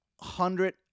hundred